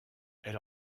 elle